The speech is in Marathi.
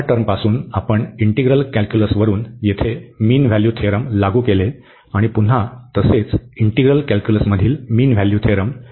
दुसर्या टर्मपासून आपण इंटीग्रल कॅल्क्यूलस वरून येथे मीन व्हॅल्यू थेरम लागू केले आणि पुन्हा तसेच इंटीग्रल कॅल्क्युलस मधील मीन व्हॅल्यू थेरम